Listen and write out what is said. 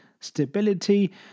stability